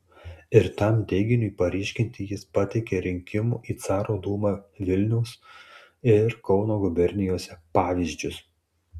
ir tam teiginiui paryškinti jis pateikė rinkimų į caro dūmą vilniaus ir kauno gubernijose pavyzdžius